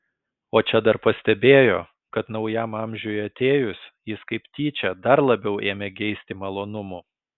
o čia dar pastebėjo kad naujam amžiui atėjus jis kaip tyčia dar labiau ėmė geisti malonumų